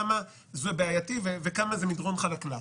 כמה זה בעייתי וכמה זה מדרון חלקלק.